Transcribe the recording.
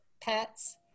pets